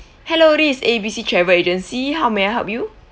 hello this is A_B_C travel agency how may I help you